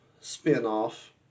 spin-off